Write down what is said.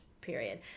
period